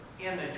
image